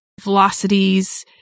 velocities